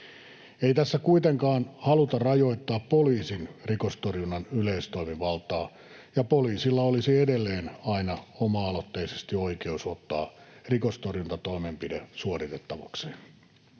Ei tässä kuitenkaan haluta rajoittaa poliisin rikostorjunnan yleistoimivaltaa, ja poliisilla olisi edelleen aina oma-aloitteisesti oikeus ottaa rikostorjuntatoimenpide suoritettavakseen.